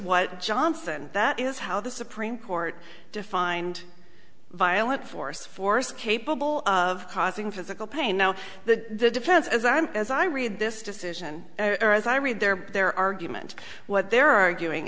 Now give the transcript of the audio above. what johnson that is how the supreme court defined violent force force capable of causing physical pain no the defense is i'm as i read this decision or as i read there their argument what they're arguing